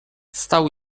stał